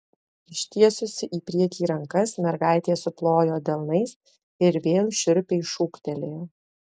ištiesusi į priekį rankas mergaitė suplojo delnais ir vėl šiurpiai šūktelėjo